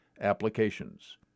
applications